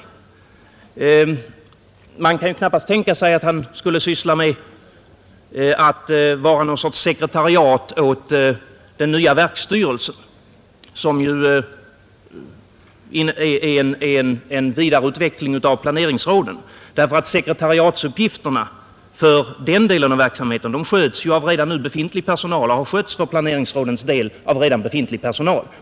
Man kan knappast tänka sig att han skulle vara någon sorts sekretariat åt den nya verksstyrelsen, som ju är en vidareutveckling av planeringsrådet, därför att sekretariatsuppgifterna för den delen av verksamheten sköts av redan nu befintlig personal och har skötts för planeringsrådens del av redan befintlig personal.